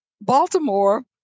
Baltimore